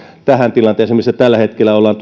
tähän tilanteeseen missä tällä hetkellä ollaan